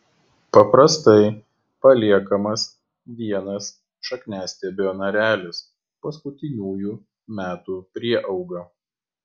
paprastai paliekamas vienas šakniastiebio narelis paskutiniųjų metų prieauga